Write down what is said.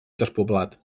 despoblat